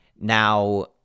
Now